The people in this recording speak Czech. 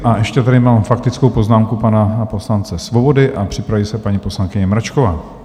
A ještě tady mám faktickou poznámku pana poslance Svobody a připraví se paní poslankyně Mračková.